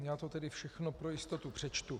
Já to tedy všechno pro jistotu přečtu.